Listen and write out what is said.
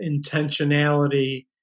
intentionality